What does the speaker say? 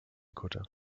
kutter